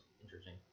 interesting